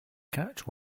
catch